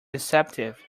deceptive